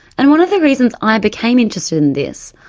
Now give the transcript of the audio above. and one of the reasons i became interested in this,